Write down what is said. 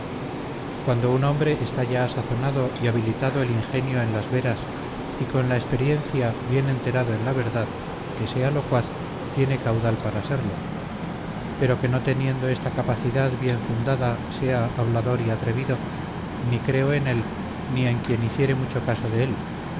cuando un hombre está ya sazonado y habilitado el ingenio en las veras y con la experiencia bien enterado en la verdad que sea locuaz tiene caudal para serlo pero que no teniendo esta capacidad bien fundada sea hablador y atrevido ni creo en él ni en quien hiciere mucho caso de él